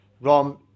Rom